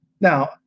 Now